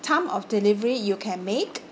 time of delivery you can make